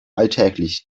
alltäglich